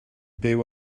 byw